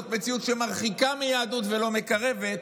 זאת מציאות שמרחיקה מיהדות ולא מקרבת,